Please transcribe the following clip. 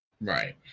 Right